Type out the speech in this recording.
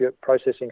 processing